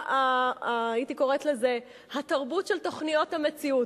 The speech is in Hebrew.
הייתי קוראת לזה התרבות של תוכניות המציאות.